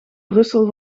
brussel